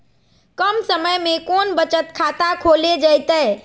कम समय में कौन बचत खाता खोले जयते?